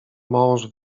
mąż